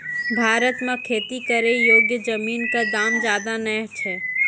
भारत मॅ खेती करै योग्य जमीन कॅ दाम ज्यादा नय छै